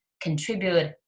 contribute